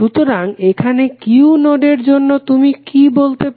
সুতরাং এখানে Q নোডের জন্য তুমি কি বলতে পারো